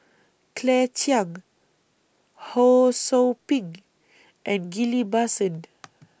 Claire Chiang Ho SOU Ping and Ghillie BaSan